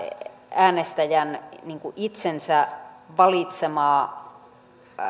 äänestäjän itsensä valitsemaa